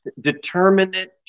determinate